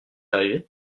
arrivé